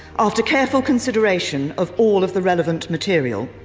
after careful consideration of all of the relevant material,